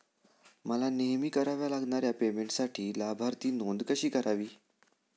मला नेहमी कराव्या लागणाऱ्या पेमेंटसाठी लाभार्थी नोंद कशी करावी?